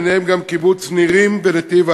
בהם גם חברי קיבוץ נירים ונתיב-העשרה.